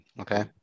Okay